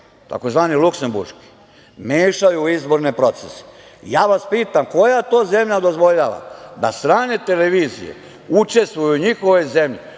tzv. luksemburški mešaju u te izbore procese. Pitam vas – koja to zemlja dozvoljava da strane televizije učestvuju u njihovoj zemlji